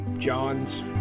John's